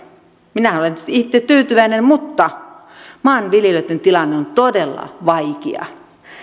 minä olen itse tyytyväinen mutta maanviljelijöitten tilanne on todella vaikea